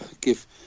Give